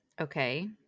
Okay